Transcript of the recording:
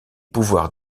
pouvoirs